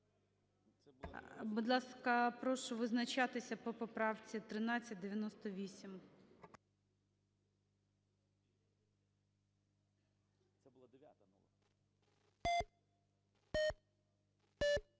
Будь ласка, прошу визначатися по поправці 1398.